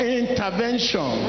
intervention